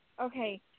okay